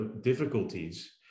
difficulties